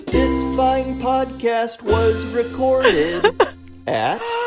this fine podcast was recorded at.